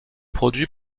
produit